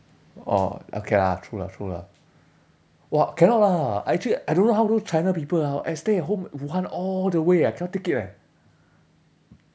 oh okay lah true lah true lah !wah! cannot lah actually I don't how those china people ah stay at home wuhan all the way I cannot take it leh